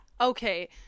Okay